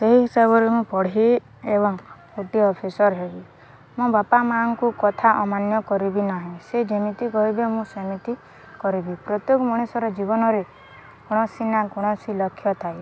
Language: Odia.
ସେହି ହିସାବରେ ମୁଁ ପଢ଼ିବ ଏବଂ ଗୋଟିଏ ଅଫିସର୍ ହେବି ମୋ ବାପା ମାଆଙ୍କୁ କଥା ଅମାନ୍ୟ କରିବି ନାହିଁ ସେ ଯେମିତି କହିବେ ମୁଁ ସେମିତି କରିବି ପ୍ରତ୍ୟେକ ମଣିଷର ଜୀବନରେ କୌଣସି ନା କୌଣସି ଲକ୍ଷ୍ୟ ଥାଏ